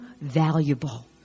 valuable